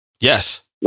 Yes